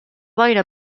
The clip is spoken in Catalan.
boira